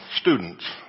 students